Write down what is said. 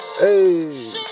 Hey